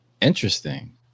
Interesting